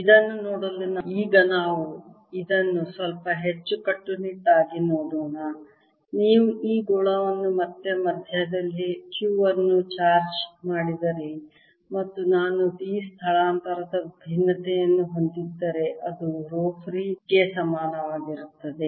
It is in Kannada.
ಇದನ್ನು ನೋಡಲು ಈಗ ನಾವು ಇದನ್ನು ಸ್ವಲ್ಪ ಹೆಚ್ಚು ಕಟ್ಟುನಿಟ್ಟಾಗಿ ನೋಡೋಣ ನೀವು ಈ ಗೋಳವನ್ನು ಮತ್ತೆ ಮಧ್ಯದಲ್ಲಿ Q ಅನ್ನು ಚಾರ್ಜ್ ಮಾಡಿದರೆ ಮತ್ತು ನಾನು D ಸ್ಥಳಾಂತರದ ಭಿನ್ನತೆಯನ್ನು ಹೊಂದಿದ್ದರೆ ಅದು ರೋ ಫ್ರೀ ಗೆ ಸಮಾನವಾಗಿರುತ್ತದೆ